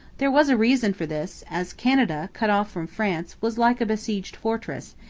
there was a reason for this, as canada, cut off from france, was like a besieged fortress,